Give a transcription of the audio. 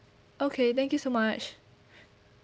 okay thank you so much